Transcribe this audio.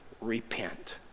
repent